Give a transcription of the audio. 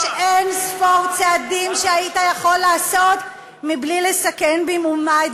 יש אין-ספור צעדים שהיית יכול לעשות בלי לסכן במאומה את